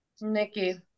Nikki